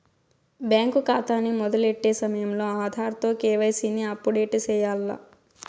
bank కాతాని మొదలెట్టే సమయంలో ఆధార్ తో కేవైసీని అప్పుడేటు సెయ్యాల్ల